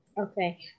Okay